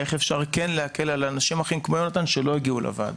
איך אפשר כן להקל על אנשים אחרים כמו יונתן שלא הגיעו לוועדה.